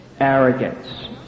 arrogance